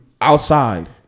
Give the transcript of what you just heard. Outside